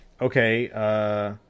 okay